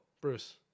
Bruce